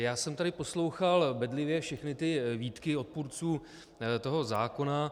Já jsem tady poslouchal bedlivě všechny výtky odpůrců zákona.